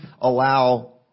allow